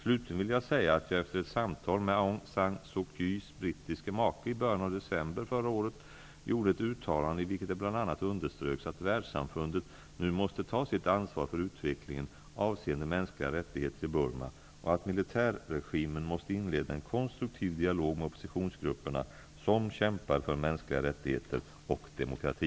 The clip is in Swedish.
Slutligen vill jag säga att jag efter ett samtal med Aung San Suu Kyis brittiske make i början av december förra året gjorde ett uttalande i vilket det bl.a. underströks att världssamfundet nu måste ta sitt ansvar för utvecklingen avseende mänskliga rättigheter i Burma och att militärregimen måste inleda en konstruktiv dialog med oppositionsgrupperna som kämpar för mänskliga rättigheter och demokrati.